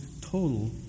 total